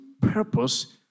purpose